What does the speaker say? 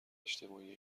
اجتماعی